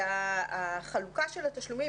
שהחלוקה של התשלומים,